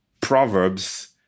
proverbs